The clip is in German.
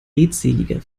redseliger